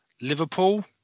Liverpool